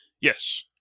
Yes